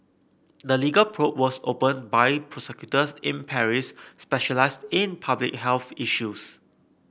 the legal probe was opened by prosecutors in Paris specialised in public health issues